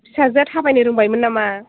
फिसाजोआ थाबायनो रोंबायमोन नामा